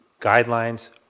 guidelines